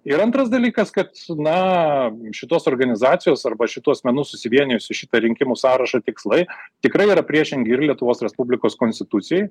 ir antras dalykas kad na šitos organizacijos arba šitų asmenų susivienijusių į šitą rinkimų sąrašą tikslai tikrai yra priešingi ir lietuvos respublikos konstitucijai